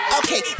okay